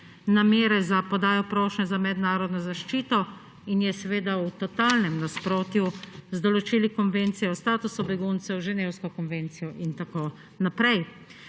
namere za podajo prošnje za mednarodno zaščito in je seveda v totalnem nasprotju z določili Konvencije o statusu beguncev, ženevsko konvencijo in tako naprej.